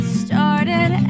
started